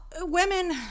women